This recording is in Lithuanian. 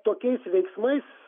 tokiais veiksmais